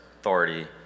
authority